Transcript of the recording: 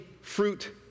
fruit